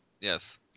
Yes